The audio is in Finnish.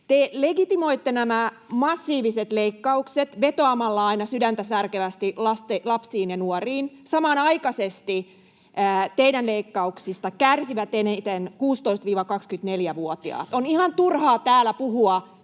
Te legitimoitte nämä massiiviset leikkaukset vetoamalla aina sydäntäsärkevästi lapsiin ja nuoriin, ja samanaikaisesti teidän leikkauksista kärsivät eniten 16—24-vuotiaat. On ihan turhaa täällä puhua